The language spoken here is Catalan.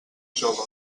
jove